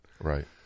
Right